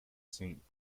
saint